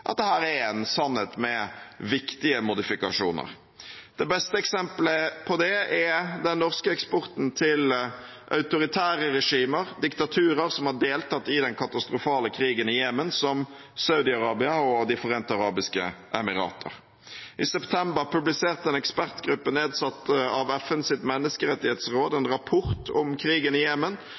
at dette er en sannhet med viktige modifikasjoner. Det beste eksempelet på det er den norske eksporten til autoritære regimer, diktaturer som har deltatt i den katastrofale krigen i Jemen, som Saudi-Arabia og De forente arabiske emirater. I september publiserte en ekspertgruppe nedsatt av FNs menneskerettighetsråd en rapport om krigen i